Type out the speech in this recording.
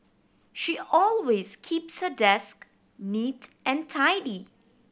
she always keeps her desk neat and tidy